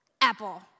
Apple